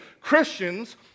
Christians